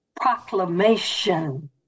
proclamation